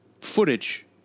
footage